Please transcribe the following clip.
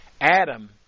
Adam